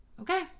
okay